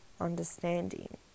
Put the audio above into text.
understanding